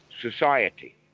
society